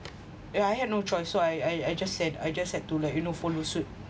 and I have no choice so I I I just had I just had to like you know follow suit